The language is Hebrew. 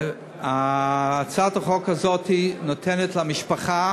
הצעת החוק הזאת נותנת למשפחה.